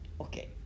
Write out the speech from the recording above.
Okay